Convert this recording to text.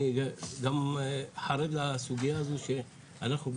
גם חרד לסוגיה הזאת שאנחנו,